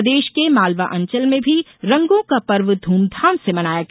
प्रदेश के मालवा अंचल में भी रंगो का पर्व ध्रमधाम से मनाया गया